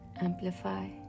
Amplify